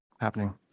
happening